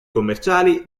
commerciali